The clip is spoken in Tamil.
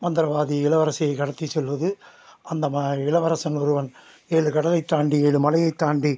மந்திரவாதி இளவரசியை கடத்தி செல்வது அந்த மா இளவரசன் ஒருவன் ஏழு கடலைத் தாண்டி ஏழு மலையைத் தாண்டி